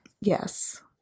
yes